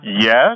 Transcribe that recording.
Yes